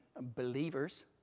believers